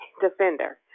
Defender